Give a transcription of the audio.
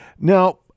Now